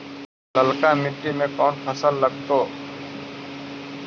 ललका मट्टी में कोन फ़सल लगतै?